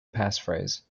passphrase